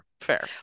fair